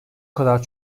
kadar